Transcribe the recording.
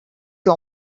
各种